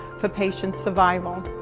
for patient survival.